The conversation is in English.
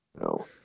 No